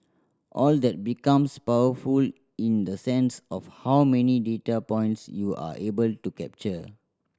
all that becomes powerful in the sense of how many data points you are able to capture